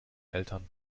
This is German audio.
eltern